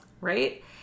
right